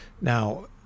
Now